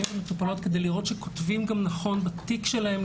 ומטופלות כדי לראות שכותבים נכון בתיק שלהם,